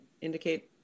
indicate